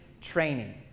training